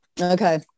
Okay